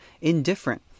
indifferent